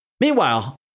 Meanwhile